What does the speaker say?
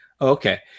Okay